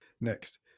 Next